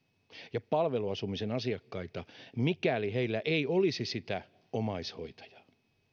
ja palveluasumisen asiakkaita mikäli heillä ei olisi sitä omaishoitajaa